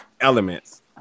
elements